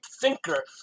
thinker